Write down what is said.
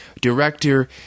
director